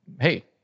hey